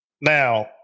Now